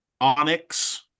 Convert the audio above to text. Onyx